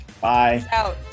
Bye